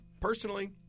personally